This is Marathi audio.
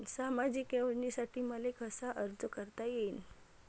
सामाजिक योजनेसाठी मले कसा अर्ज करता येईन?